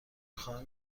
خواهم